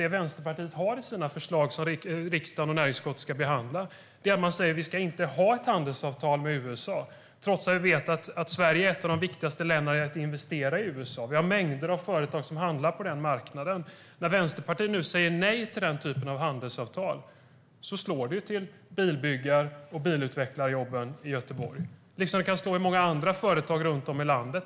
Det Vänsterpartiet föreslår, som riksdagen och näringsutskottet ska behandla, är att inte ha ett handelsavtal med USA, trots att vi vet att Sverige är ett av de viktigaste länderna som investerar i USA. Vi har mängder av företag som handlar på den marknaden. När Vänsterpartiet nu säger nej till den typen av handelsavtal slår det mot bilbyggar och bilutvecklarjobben i Göteborg, liksom det kan slå mot många andra företag runt om i landet.